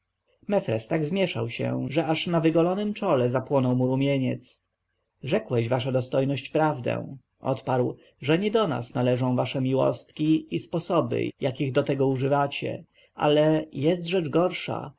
mefres tak zmieszał się że aż na wygolonem czole zapłonął mu rumieniec rzekłeś wasza dostojność prawdę odparł że nie do nas należą wasze miłostki i sposoby jakich do tego używacie ale jest rzecz gorsza